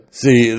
see